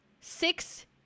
six